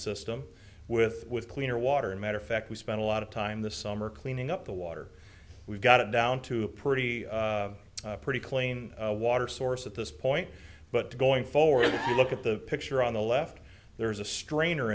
system with with cleaner water and matter of fact we spent a lot of time this summer cleaning up the water we've got it down to a pretty pretty clean water source at this point but going forward you look at the picture on the left there is a strain